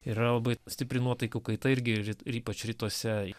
yra labai stipri nuotaikų kaita irgi ir ypač rytuose